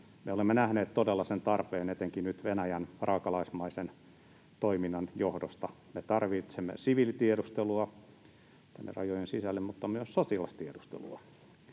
olemme nähneet todella sen tarpeen etenkin nyt Venäjän raakalaismaisen toiminnan johdosta. Me tarvitsemme siviilitiedustelua tänne rajojen sisälle mutta myös sotilastiedustelua